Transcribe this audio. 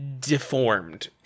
deformed